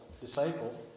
disciple